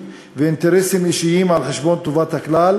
ואינטרסים אישיים על חשבון טובת הכלל,